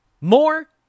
More